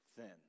thin